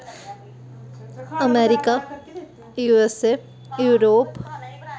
America USA Europe